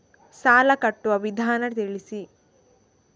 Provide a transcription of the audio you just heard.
ಸಾಲ ಕಟ್ಟುವ ವಿಧಾನ ತಿಳಿಸಿ?